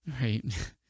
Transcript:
Right